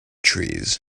trees